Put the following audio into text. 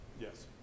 Yes